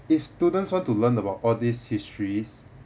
if students want to learn about all these histories